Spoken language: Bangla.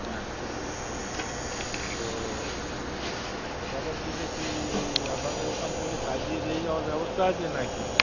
আচ্ছা আচ্ছা তো অর্ডার দিলে কি আপনাদের ওখান থেকে সাজিয়ে দিয়ে যাওয়ার ব্যবস্থা আছে না কি